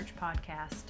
podcast